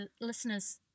listeners